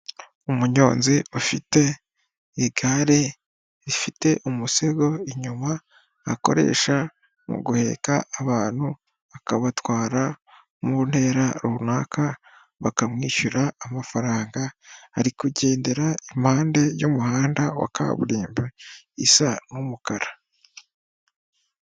Umunyonzi ufite igare rifite umusego inyuma akoresha mu guheka abantu akabatwara mu ntera runaka, bakamwishyura amafaranga ari kugendera impande y'umuhanda wa kaburimbo isa n'umukara.